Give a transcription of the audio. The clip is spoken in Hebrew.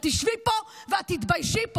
את תשבי פה ואת תתביישי פה,